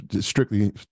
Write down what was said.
strictly